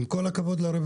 אבל עם כל הכבוד לרווחים,